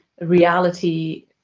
reality